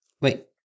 wait